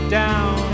down